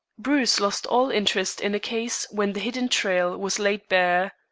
bruce lost all interest in a case when the hidden trail was laid bare.